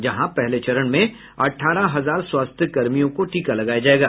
जहां पहले चरण में अठारह हजार स्वास्थ्य कर्मियों को टीका लगाया जायेगा